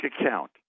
account